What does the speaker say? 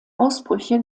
ausbrüche